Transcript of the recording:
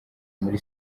muri